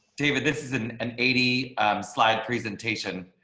david. this is an an eighty slide presentation.